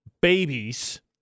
babies